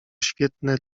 świetne